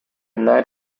night